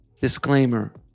Disclaimer